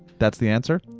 that's the answer?